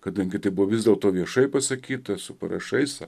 kadangi tai buvo vis dėlto viešai pasakyta su parašais